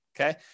okay